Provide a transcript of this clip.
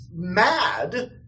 Mad